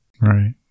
Right